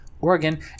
Oregon